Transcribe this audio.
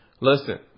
Listen